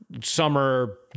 summer